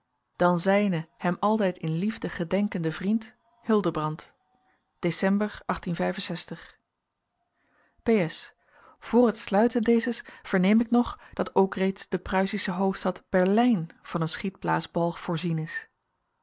dan zijnen hem altijd in liefde gedenkenden vriend ecember voor het sluiten dezes verneem ik nog dat ook reeds de pruisische hoofdstad berlijn van een schietblaasbalg voorzien is